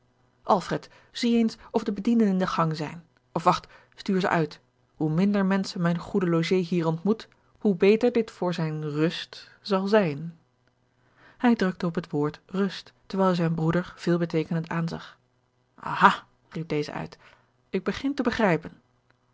zie eens of de bedienden in den gang zijn of wacht stuur ze uit hoe minder menschen mijn goede logé hier ontmoet hoe beter dit voor zijne rust zal zijn hij drukte op het woord rust terwijl hij zijn broeder veelbeteekenend aanzag aha riep deze uit ik begin te begrijpen